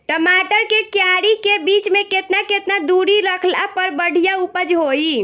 टमाटर के क्यारी के बीच मे केतना केतना दूरी रखला पर बढ़िया उपज होई?